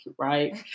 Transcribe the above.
right